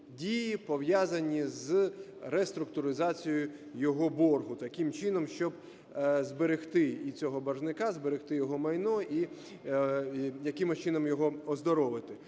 дії, пов'язані із реструктуризацією його боргу таким чином, щоб зберегти і цього боржника, зберегти його майно і якимось чином його оздоровити.